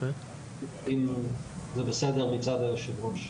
אם זה בסדר מצד היושב ראש.